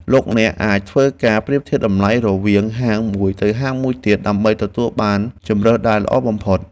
លោកអ្នកអាចធ្វើការប្រៀបធៀបតម្លៃរវាងហាងមួយទៅហាងមួយទៀត ដើម្បីទទួលបានជម្រើសដែលល្អបំផុត។